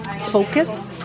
focus